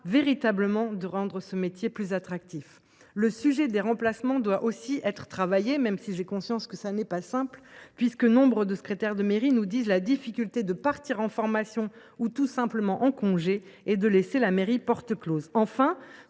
véritablement rendre ce métier plus attractif. Le sujet des remplacements doit aussi être travaillé, même si j’ai conscience de sa complexité. Nombre de secrétaires de mairie peinent à partir en formation, ou tout simplement en congé, et à laisser la mairie porte close. Enfin,